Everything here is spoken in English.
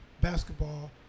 basketball